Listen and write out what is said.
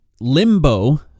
limbo